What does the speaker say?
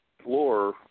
Floor